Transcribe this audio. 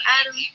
Adam